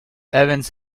evans